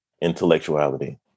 Intellectuality